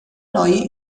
neue